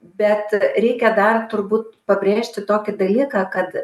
bet reikia dar turbūt pabrėžti tokį dalyką kad